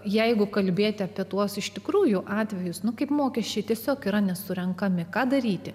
jeigu kalbėti apie tuos iš tikrųjų atvejus nu kaip mokesčiai tiesiog yra nesurenkami ką daryti